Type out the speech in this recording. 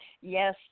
yes